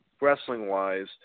wrestling-wise